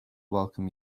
welcome